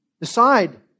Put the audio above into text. Decide